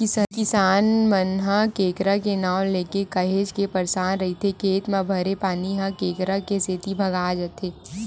किसनहा मन ह केंकरा के नांव लेके काहेच के परसान रहिथे खेत म भरे पानी ह केंकरा के सेती भगा जाथे